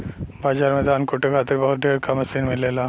बाजार में धान कूटे खातिर बहुत ढेर क मसीन मिलेला